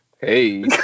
Hey